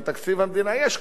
יש כל מיני דברים.